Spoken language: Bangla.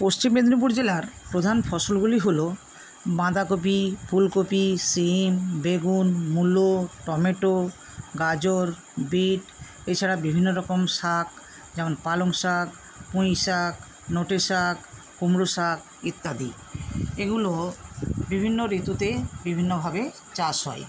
পশ্চিম মেদিনীপুর জেলার প্রধান ফসলগুলি হল বাঁধাকপি ফুলকপি শিম বেগুন মুলো টমেটো গাজর বীট এছাড়া বিভিন্নরকম শাক যেমন পালং শাক পুঁই শাক নটে শাক কুমড়ো শাক ইত্যাদি এগুলো বিভিন্ন ঋতুতে বিভিন্নভাবে চাষ হয়